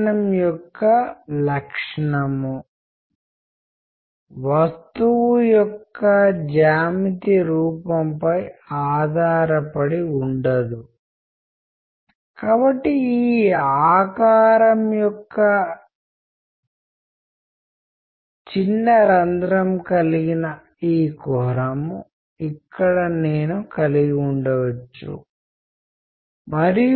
communication యొక్క సరళ ప్రక్రియ కాదు ఉదాహరణకి ఉదాహరణకు ఇప్పుడు మీరు నా ప్రసంగాన్ని వింటున్నారు ఇది కమ్యూనికేషన్నేను కమ్యూనికేషన్ పంపినవాడిని మరియు మీరు రిసీవర్ గ్రహీత నేను స్పీకర్ మరియు మీరు వినేవారు కానీ మన మధ్య డిస్కషన్ జరిగిన మరుక్షణం ఈ సంభాషణ నాన్ లీనియర్ అయిపోతుంది ఎందుకంటే నేను చేసిన వివిధ విషయాలకు మీరు స్పందిస్తున్నారు నేను మీ ప్రశ్నలకు సమాధానాలు ఇవ్వడానికి ప్రయత్నిస్తున్నాను ఇక ఇది నాన్ లీనియర్కమ్యూనికేషన్ గా మారిపోతుంది